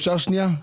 אפשר שנייה?